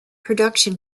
production